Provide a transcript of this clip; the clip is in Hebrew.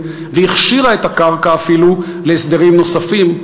והכשירה את הקרקע אפילו להסדרים נוספים,